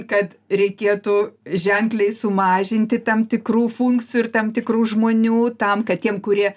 kad reikėtų ženkliai sumažinti tam tikrų funkcijų ir tam tikrų žmonių tam kad tiem kurie